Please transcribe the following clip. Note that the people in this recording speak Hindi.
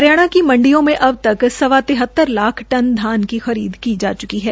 हरियाणा की मंडियों में अबतक सवा तिहतर लाख टन धान की खरीद की गई है